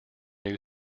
new